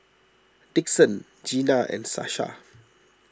Dixon Gena and Sasha